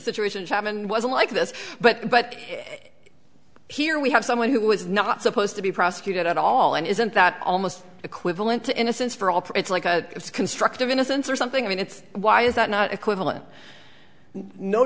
situation chapman was like this but but here we have someone who was not supposed to be prosecuted at all and isn't that almost equivalent to innocence for all it's like a construct of innocence or something i mean it's why is that not equivalent no